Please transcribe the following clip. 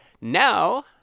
now